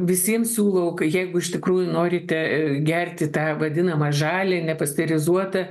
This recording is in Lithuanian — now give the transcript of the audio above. visiems siūlau jeigu iš tikrųjų norite gerti tą vadinamą žalią nepasterizuotą